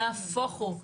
נהפוך הוא,